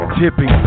tipping